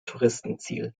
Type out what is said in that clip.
touristenziel